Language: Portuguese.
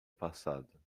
passado